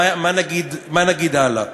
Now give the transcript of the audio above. מה נגיד הלאה.